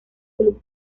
club